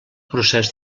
procés